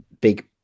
big